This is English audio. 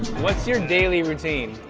what's your daily routine?